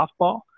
softball